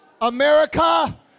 America